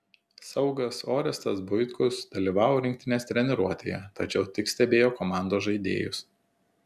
saugas orestas buitkus dalyvavo rinktinės treniruotėje tačiau tik stebėjo komandos žaidėjus